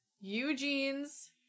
Eugene's